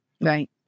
Right